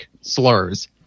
slurs